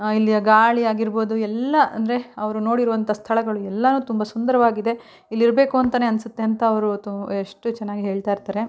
ಇಲ್ಲಿಯ ಗಾಳಿ ಆಗಿರ್ಬೋದು ಎಲ್ಲ ಅಂದರೆ ಅವರು ನೋಡಿರುವಂಥ ಸ್ಥಳಗಳು ಎಲ್ಲನೂ ತುಂಬ ಸುಂದರವಾಗಿದೆ ಇಲ್ಲಿ ಇರಬೇಕು ಅಂತನೇ ಅನ್ನಿಸುತ್ತೆ ಅಂತ ಅವರು ತು ಎಷ್ಟು ಚೆನ್ನಾಗಿ ಹೇಳ್ತಾಯಿರ್ತಾರೆ